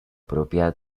propia